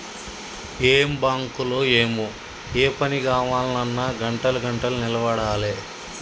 ఏం బాంకులో ఏమో, ఏ పని గావాల్నన్నా గంటలు గంటలు నిలవడాలె